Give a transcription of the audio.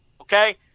Okay